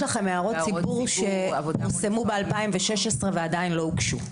יש לכם הערות ציבור שפורסמו ב-2016 ועדיין לא הוגשו.